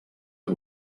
que